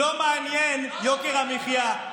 מה המצב בהולנד?